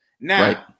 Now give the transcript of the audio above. Now